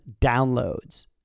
downloads